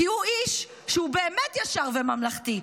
כי הוא איש שהוא באמת ישר וממלכתי,